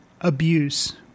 abuse